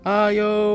ayo